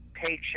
paycheck